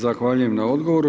Zahvaljujem na odgovoru.